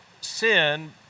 sin